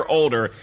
older